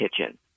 kitchen